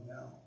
now